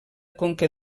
conca